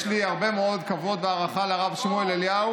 יש לי הרבה מאוד כבוד והערכה לרב שמואל אליהו,